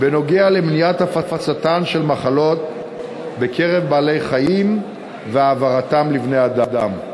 בכל הקשור למניעת הפצתן של מחלות בקרב בעלי-חיים והעברתן לבני-אדם.